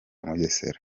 mugesera